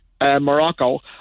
Morocco